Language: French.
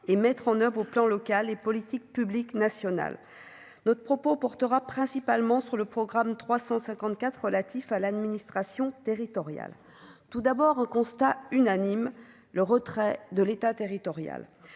et mettre en oeuvre au plan local et politiques publiques nationales notre propos portera principalement sur le programme 354 relatif à l'administration territoriale, tout d'abord un constat unanime le retrait de l'État territorial,